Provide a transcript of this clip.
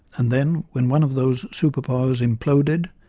and then, when one of those superpowers imploded,